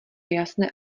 jasné